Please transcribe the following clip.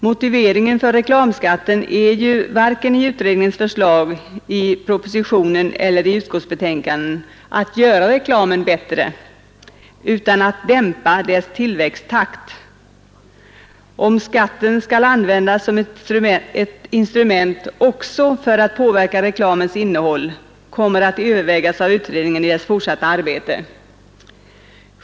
Motiveringen för reklamskatten är ju varken i utredningens förslag eller i propositionen eller i utskottsbetänkandet att göra reklamen bättre, utan den är att dämpa dess tillväxttakt. Frågan huruvida skatten skall användas som ett instrument också för att påverka reklamens innehåll kommer att övervägas av utredningen i dess fortsatta arbete.